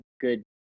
good